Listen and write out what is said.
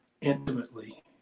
intimately